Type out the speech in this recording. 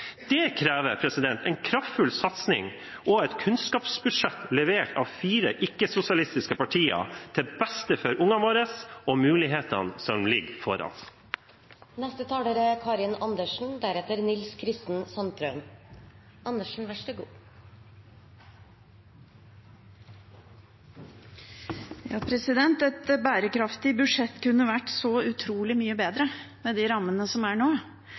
Det krever en kraftfull satsing og et kunnskapsbudsjett levert av fire ikke-sosialistiske partier – til beste for ungene våre og mulighetene som ligger foran. Et bærekraftig budsjett kunne vært så utrolig mye bedre, med de rammene som er nå.